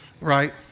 Right